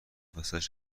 وسطش